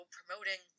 promoting